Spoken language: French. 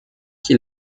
qui